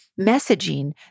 messaging